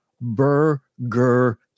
Burger